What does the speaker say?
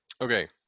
Okay